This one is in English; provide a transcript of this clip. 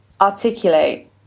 Articulate